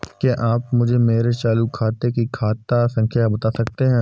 क्या आप मुझे मेरे चालू खाते की खाता संख्या बता सकते हैं?